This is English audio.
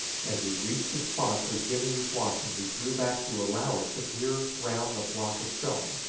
as we reached the spot where jimmy was watching, he drew back to allow us to peer round the block of stone,